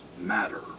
matter